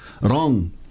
wrong